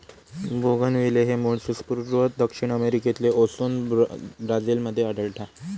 bougainvillea हे मूळचे पूर्व दक्षिण अमेरिकेतले असोन ब्राझील मध्ये आढळता